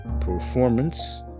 performance